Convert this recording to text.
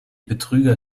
betrüger